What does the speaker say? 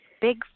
big